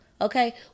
Okay